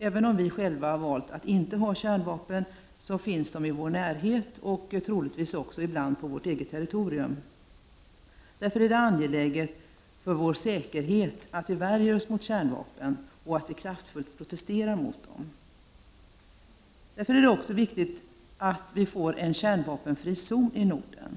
Även om vi själva valt att inte ha kärnvapen finns sådana i vår närhet, och troligtvis också ibland på vårt eget territorium. Med tanke på vår säkerhet är det således angeläget att vi värjer oss mot kärnvapnen och att vi kraftfullt protesterar mot dessa. Mot den bakgrunden är det också viktigt att vi får en kärnvapenfri zon i Norden.